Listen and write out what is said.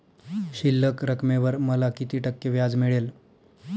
शिल्लक रकमेवर मला किती टक्के व्याज मिळेल?